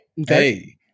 Okay